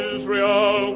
Israel